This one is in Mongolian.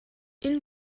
энэ